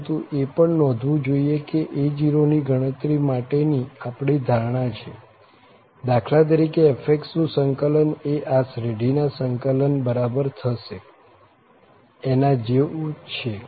પંરતુ એ પણ નોંધવું જોઈએ કે a0 ની ગણતરી માટે ની આપણી ધારણા છે દાખલા તરીકે f નું સંકલન એ આ શ્રેઢીના સંકલન બરાબર થશે એના જેવું છે